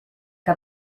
que